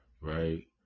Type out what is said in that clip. Right